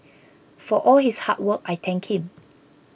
for all his hard work I thank him